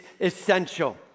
essential